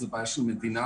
זו בעיה של מדינה.